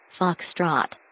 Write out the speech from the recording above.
Foxtrot